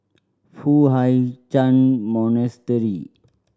Foo Hai Ch'an Monastery